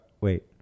wait